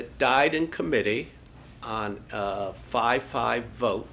it died in committee on five five vote